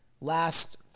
last